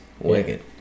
wicked